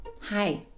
Hi